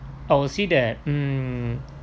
I would see that um